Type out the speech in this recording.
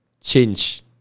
change